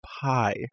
pie